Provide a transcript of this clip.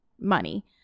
money